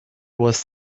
was